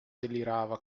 delirava